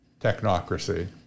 technocracy